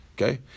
Okay